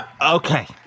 okay